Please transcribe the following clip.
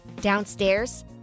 Downstairs